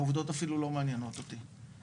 העובדות אפילו לא מעניינות אותי,